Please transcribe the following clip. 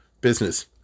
business